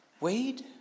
Wade